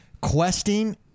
Questing